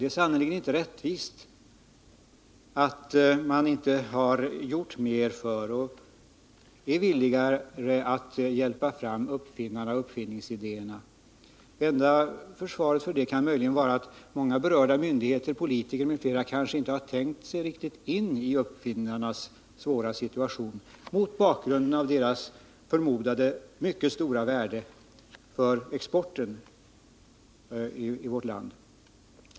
Det är sannerligen inte rättvist att man inte har gjort mer för dem, att man inte är villigare att hjälpa fram uppfinnarna och deras idéer. Det enda försvaret kan möjligen vara att många berörda myndigheter, politiker m.fl. kanske inte har tänkt sig riktigt in i uppfinnarnas svåra situation mot bakgrund av deras förmodade mycket stora värde för vårt lands export.